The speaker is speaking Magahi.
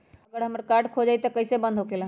अगर हमर कार्ड खो जाई त इ कईसे बंद होकेला?